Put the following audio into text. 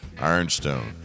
Ironstone